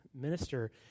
minister